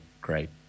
great